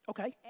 Okay